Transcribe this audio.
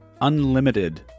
unlimited